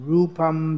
Rupam